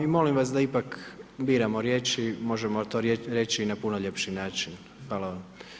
I molim vas da ipak biramo riječi, možemo to reći i na puno ljepši način, hvala vam.